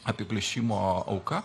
apiplėšimo auka